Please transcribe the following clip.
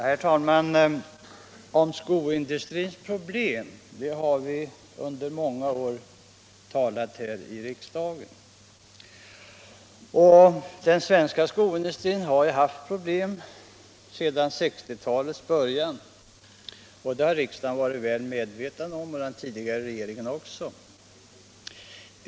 Herr talman! Under många år har vi här i riksdagen talat om skoindustrins problem. Den svenska skoindustrin har haft problem sedan 1960-talets början, och både riksdagen och den tidigare regeringen har varit väl medvetna om dem.